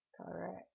correct